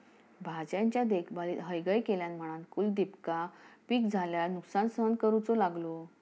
भाज्यांच्या देखभालीत हयगय केल्यान म्हणान कुलदीपका पीक झाल्यार नुकसान सहन करूचो लागलो